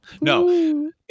No